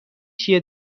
چیه